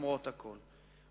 למרות הכול,